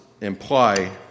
imply